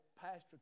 pastor